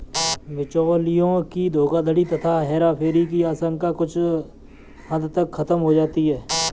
बिचौलियों की धोखाधड़ी तथा हेराफेरी की आशंका कुछ हद तक खत्म हो जाती है